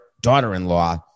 daughter-in-law